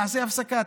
נעשה הפסקה,